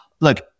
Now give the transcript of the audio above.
Look